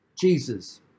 Jesus